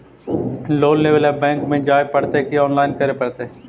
Loan लेवे ल bank में जाय पड़तै कि औनलाइन करे पड़तै?